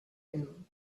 him